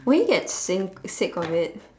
won't you get sick sick of it